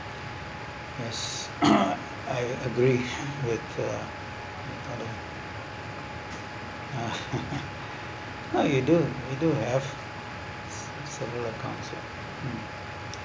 yes I agree with the how you do we do have several accounts ya mm